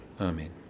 Amen